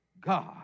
God